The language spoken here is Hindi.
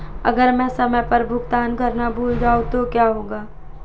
अगर मैं समय पर भुगतान करना भूल जाऊं तो क्या होगा?